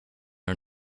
are